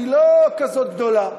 היא לא כזאת גדולה.